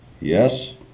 Yes